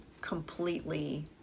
completely